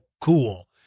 cool